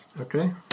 Okay